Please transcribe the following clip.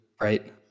Right